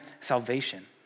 salvation